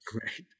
Great